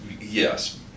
Yes